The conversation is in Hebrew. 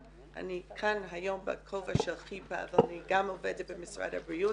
כאן היום בכובע של חיב"ה אבל אני גם עובדת במשרד הבריאות.